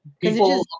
People